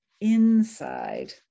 inside